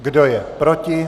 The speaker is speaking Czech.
Kdo je proti?